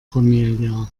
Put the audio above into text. cornelia